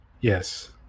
Yes